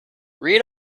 read